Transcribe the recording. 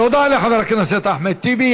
תודה לחבר הכנסת אחמד טיבי.